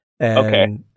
Okay